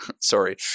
Sorry